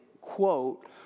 quote